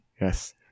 Yes